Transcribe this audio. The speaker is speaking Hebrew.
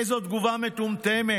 איזו תגובה מטומטמת.